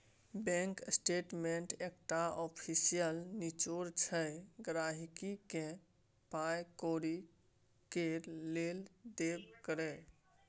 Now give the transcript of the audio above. bank statement एकटा official निचोड़ छै गांहिकी केर पाइ कौड़ी केर लेब देब केर